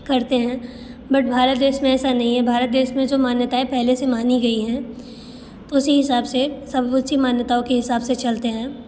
करते हैं बट भारत देश में ऐसा नहीं है भारत देश में जो मान्यताएं पहले से मानी गई हैं तो उसी हिसाब से सब उसी मान्यताओं के हिसाब से चलते हैं